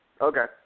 Okay